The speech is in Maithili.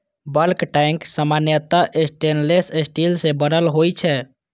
बल्क टैंक सामान्यतः स्टेनलेश स्टील सं बनल होइ छै